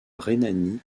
rhénanie